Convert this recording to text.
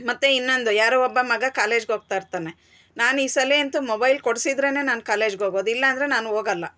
ಮತ್ತೆ ಇನ್ನೊಂದು ಯಾರೋ ಒಬ್ಬ ಮಗ ಕಾಲೇಜ್ಗೆ ಹೋಗ್ತಾ ಇರ್ತಾನೆ ನಾನು ಈ ಸಲ ಅಂತು ಮೊಬೈಲ್ ಕೊಡಿಸಿದ್ರೇನೆ ನಾನು ಕಾಲೇಜ್ಗೆ ಹೋಗೋದು ಇಲ್ಲಾಂದ್ರೆ ನಾನು ಹೋಗೋಲ್ಲ